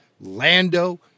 Lando